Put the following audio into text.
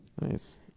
Nice